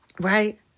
Right